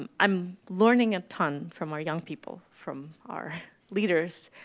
um i'm learning a ton from our young people, from our leaders,